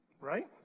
Right